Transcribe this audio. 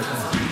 כן כן